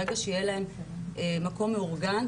ברגע שיהיה להן מקום מאורגן,